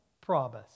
promise